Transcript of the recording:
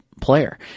Player